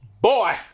boy